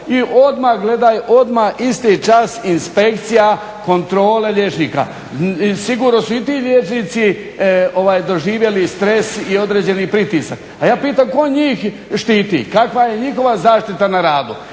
i odmah isti čas inspekcija, kontrole liječnika. Sigurno su i ti liječnici doživjeli stres i određeni pritisak. A ja pitam tko njih štiti? Kakva je njihova zaštita na radu?